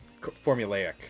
formulaic